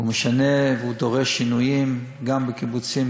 הוא משנה והוא דורש שינויים גם בקיבוצים,